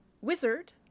wizard